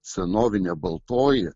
senovinė baltoji